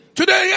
Today